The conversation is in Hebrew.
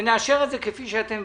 נאשר את זה כפי שאתם מבקשים.